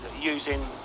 using